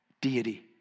Deity